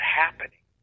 happening